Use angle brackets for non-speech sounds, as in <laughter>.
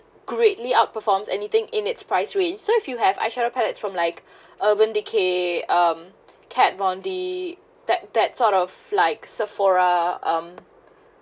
greatly outperformed anything in its price range so if you have eye shadow palettes from like <breath> urban decay um kat von D that that sort of like Sephora um